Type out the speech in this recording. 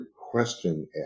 question